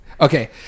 Okay